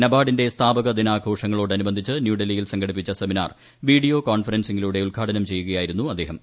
നബാർഡിന്റെ സ്ഥാപിക്കു ദിനാഘോഷങ്ങളോട് അനുബന്ധിച്ച് ന്യൂഡൽഹിയിൽ സംഘടിപ്പിച്ച സെമിനാർ വീഡിയോ കോൺഫറൻസിലൂടെ ഉദ്ഘാടനം ചെയ്യുകയായിരുന്നു അദ്ദേഹം